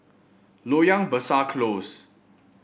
Loyang Besar Close